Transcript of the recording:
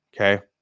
Okay